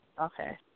Okay